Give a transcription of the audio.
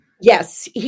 Yes